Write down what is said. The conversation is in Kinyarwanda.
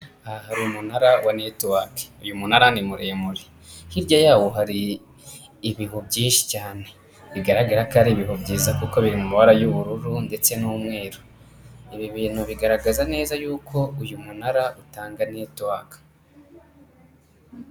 Aha hari umunara wa netiwake uyu munara ni muremure, hirya yawo hari ibihu byinshi cyane bigaragara ko ari ibihu byiza kuko biri mu mabara y'ubururu ndetse n'umweru, ibi bintu bigaragaza neza yuko uyu munara utanga netiwaka.